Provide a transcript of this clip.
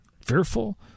fearful